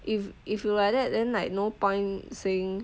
if if you like that then like no point saying